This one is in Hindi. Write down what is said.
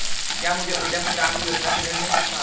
क्या मुझे उद्यम क्रांति योजना से ऋण मिल सकता है?